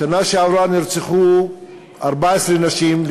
בשנה שעברה נרצחו 14 נשים.